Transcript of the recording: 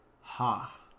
ha